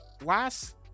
last